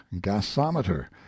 gasometer